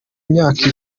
imyaka